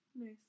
Nice